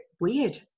weird